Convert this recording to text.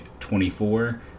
24